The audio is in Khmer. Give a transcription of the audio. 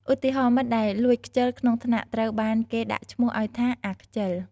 ឧទាហរណ៍ មិត្តដែលលួចខ្ជិលក្នុងថ្នាក់ត្រូវបានគេដាក់ឈ្មោះឱ្យថា “អាខ្ជិល"។